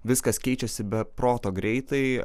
viskas keičiasi be proto greitai